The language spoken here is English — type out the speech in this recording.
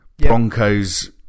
Broncos